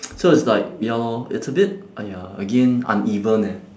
so it's like ya lor it's a bit !aiya! again uneven eh